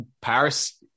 Paris